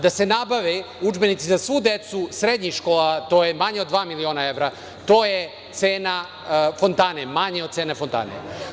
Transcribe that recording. Da se nabave udžbenici za svu decu srednjih škola, to je manje od dva miliona evra i to je cena fontane, manje od cene fontane.